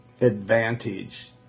Advantage